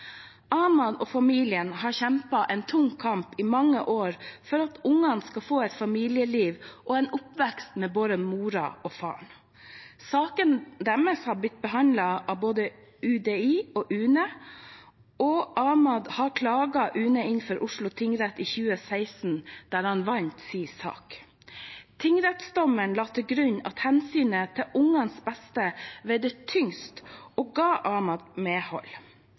Ahmad og familien har kjempet en tung kamp i mange år for at barna skal få et familieliv og en oppvekst med både moren og faren. Saken deres har vært behandlet av både UDI og UNE, og Ahmad klaget UNE inn for Oslo tingrett i 2016, der han vant sin sak. Tingrettsdommeren la til grunn at hensynet til barnas beste veide tyngst, og ga